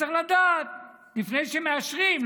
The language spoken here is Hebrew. שצריך לדעת לפני שמאשרים,